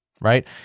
Right